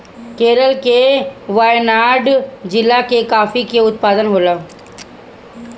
केरल के वायनाड जिला में काफी के उत्पादन होला